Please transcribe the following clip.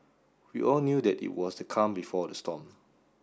we all knew that it was the calm before the storm